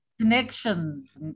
connections